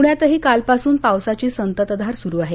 पूण्यातही कालपासून पावसाची संततधार सुरू आहे